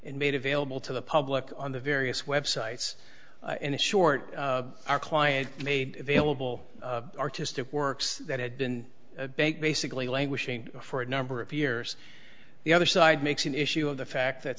and made available to the public on the various websites in a short our client made available artistic works that had been a bank basically languishing for a number of years the other side makes an issue of the fact that